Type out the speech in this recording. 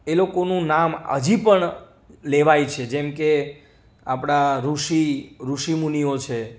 એ લોકોનું નામ હજી પણ લેવાય છે જેમ કે આપણા ઋષિ ઋષિમુનિઓ છે